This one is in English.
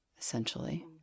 essentially